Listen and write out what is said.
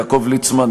יעקב ליצמן,